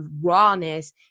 rawness